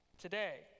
today